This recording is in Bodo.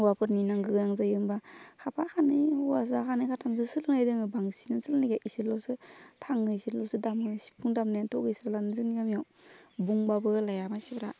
हौवाफोरनि नां गोनां जायो होमबा खाफा खानै हौवासा खानै खाथामसो सोलोंनाय दङ बांसिन सोलोंनाय गैया इसोरल'सो थाङो इसोरल'सो दामो सिफुं दामनायाथ' गैस्रालानो जोंनि गामियाव बुंबाबो लाया मानसिफ्रा